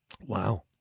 Wow